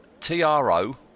T-R-O